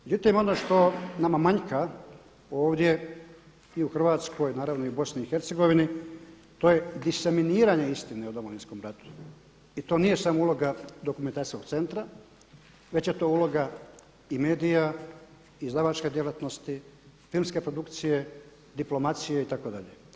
Međutim, ono što nama manjka ovdje i u Hrvatskoj a naravno i u BIH to je diseminiranje istine o Domovinskom ratu i to nije samo uloga dokumentacijskog centra već je to uloga i medija, izdavačke djelatnosti, filmske produkcije, diplomacije itd.